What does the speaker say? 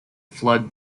flood